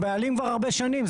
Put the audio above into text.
בעלים כבר הרבה שנים.